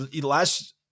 last